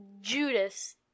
Judas